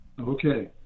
Okay